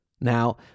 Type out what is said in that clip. Now